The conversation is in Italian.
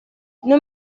non